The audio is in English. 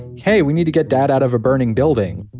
hey, we need to get dad out of a burning building.